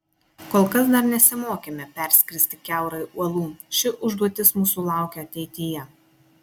kol kas dar nesimokėme perskristi kiaurai uolų ši užduotis mūsų laukia ateityje